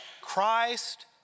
Christ